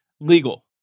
legal